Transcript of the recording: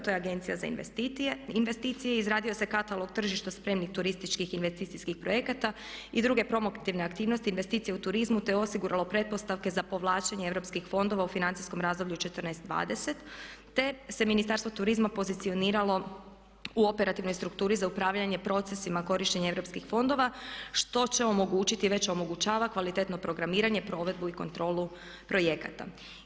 To je agencija za investicija, izradio se katalog tržišta spremnih turističkih investicijskih projekata i druge promotivne aktivnosti, investicije u turizmu te je osiguralo pretpostavke za povlačenje Europskih fondova za u financijskom razdoblju 14-20 te se Ministarstvo turizma pozicioniralo u operativnoj strukturi za upravljanje procesima korištenja Europskih fondova što će omogućiti i već omogućava kvalitetno programiranje, provedbu i kontrolu projekata.